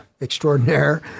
extraordinaire